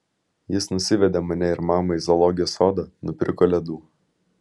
jis nusivedė mane ir mamą į zoologijos sodą nupirko ledų